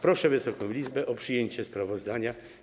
Proszę Wysoką Izbę o przyjęcie sprawozdania.